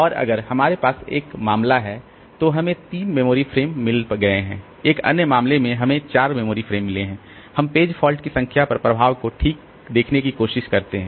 और अगर हमारे पास एक मामला है तो हमें 3 मेमोरी फ्रेम मिल गए हैं एक अन्य मामले में हमें 4 मेमोरी फ्रेम मिले हैं और हम पेज फॉल्ट की संख्या पर प्रभाव को ठीक देखने की कोशिश करते हैं